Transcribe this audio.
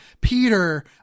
Peter